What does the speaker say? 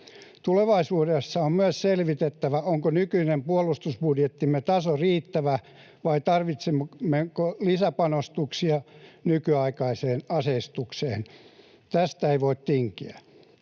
Tulevaisuudessa on myös selvitettävä, onko nykyinen puolustusbudjettimme taso riittävä vai tarvitsemmeko lisäpanostuksia nykyaikaiseen aseistukseen. Tästä ei voi tinkiä.